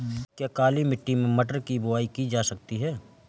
क्या काली मिट्टी में मटर की बुआई की जा सकती है?